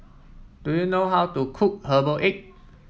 do you know how to cook Herbal Egg